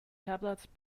tablets